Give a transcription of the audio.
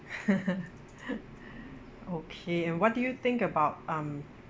okay and what do you think about um